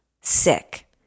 sick